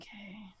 okay